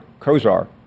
Kozar